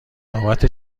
نوبت